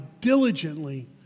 diligently